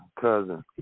cousin